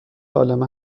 عالم